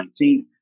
19th